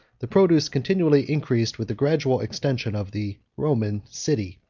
the produce continually increased with the gradual extension of the roman city.